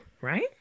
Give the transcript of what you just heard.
right